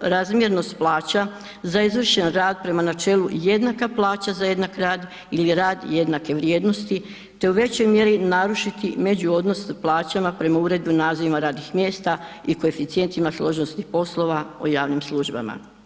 razmjernost plaća za izvršen rad prema načelu jednaka plaća za jednak rad ili rad jednake vrijednosti, te u većoj mjeri narušiti međuodnos sa plaćama prema Uredbi naziva radnih mjesta i koeficijentima složenosti poslova u javnim službama.